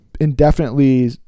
indefinitely